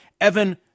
Evan